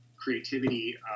creativity